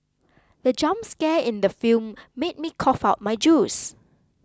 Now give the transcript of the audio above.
the jump scare in the film made me cough out my juice